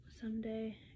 Someday